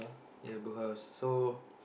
ya Bookhouse so